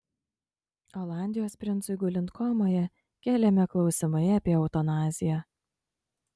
olandijos princui gulint komoje keliami klausimai apie eutanaziją